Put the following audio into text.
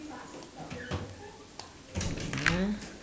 wait ah